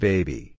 Baby